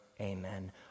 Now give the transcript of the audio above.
amen